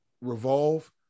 revolve